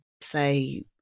say